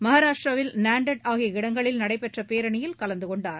மகாராஷ்டிராவில் நான்டட் ஆகிய இடங்களில் நடைபெற்ற பேரணியில் கலந்து கொண்டார்